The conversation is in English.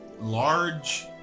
large